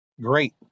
great